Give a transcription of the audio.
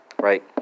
Right